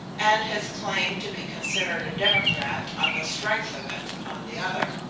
and his claim to be considered a democrat on the strength of it, on the other.